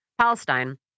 Palestine